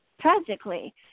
tragically